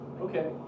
Okay